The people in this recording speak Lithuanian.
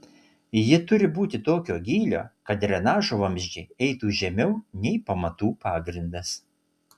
ji turi būti tokio gylio kad drenažo vamzdžiai eitų žemiau nei pamatų pagrindas